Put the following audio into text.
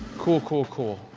cool, cool, cool.